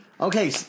Okay